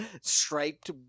striped